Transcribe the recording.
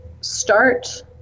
start